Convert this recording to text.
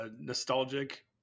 nostalgic